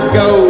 go